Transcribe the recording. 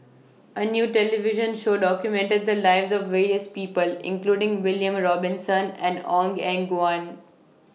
A New television Show documented The Lives of various People including William Robinson and Ong Eng Guan